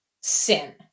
sin